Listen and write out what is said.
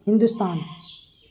Hindustan